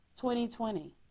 2020